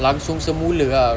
langsung semula ah